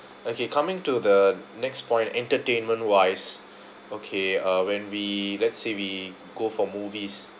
okay coming to the next point entertainment wise okay uh when we let's say we go for movies